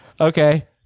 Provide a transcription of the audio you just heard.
Okay